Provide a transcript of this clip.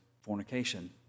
fornication